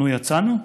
נו, יצאנו?